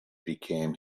became